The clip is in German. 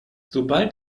sobald